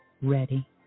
ready